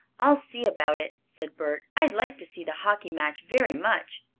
i'll see about it, said bert. i'd like to see the hockey match very much.